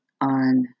on